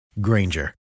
Granger